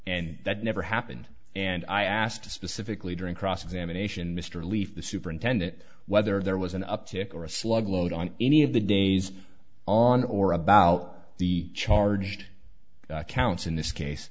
and that never happened and i asked specifically during cross examination mr leif the superintendent whether there was an up tick or a slug load on any of the days on or about the charged counts in this case